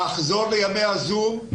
לחזור לימי ה-זום,